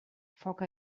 foc